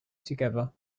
together